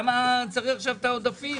למה צריך עכשיו את העודפים?